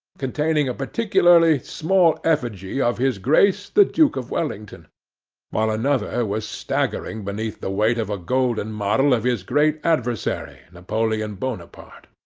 containing a particularly small effigy of his grace the duke of wellington while another was staggering beneath the weight of a golden model of his great adversary napoleon bonaparte.